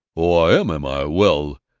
oh, i am, am i! well,